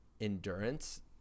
endurance